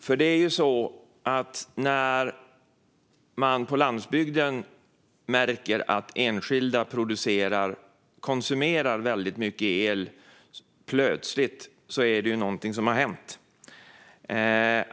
När man märker att enskilda på landsbygden plötsligt konsumerar väldigt mycket el är det någonting som har hänt.